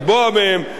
לכפות עליהם,